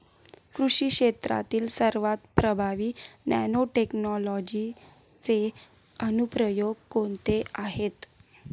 कृषी क्षेत्रातील सर्वात प्रभावी नॅनोटेक्नॉलॉजीचे अनुप्रयोग कोणते आहेत?